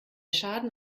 schaden